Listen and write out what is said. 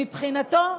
מבחינתו,